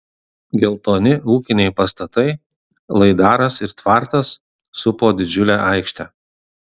geltoni ūkiniai pastatai laidaras ir tvartas supo didžiulę aikštę